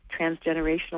transgenerational